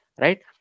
right